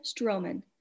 Stroman